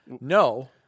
No